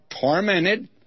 tormented